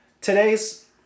today's